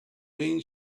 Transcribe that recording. been